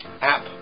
app